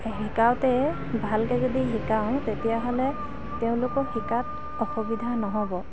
শিকাওঁতে ভালকৈ যদি শিকাওঁ তেতিয়াহ'লে তেওঁলোকৰ শিকাত অসুবিধা নহ'ব